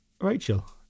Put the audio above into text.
rachel